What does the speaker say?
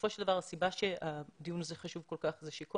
שבסופו של דבר הסיבה שהדיון הזה חשוב כל כך זה שכל